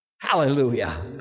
Hallelujah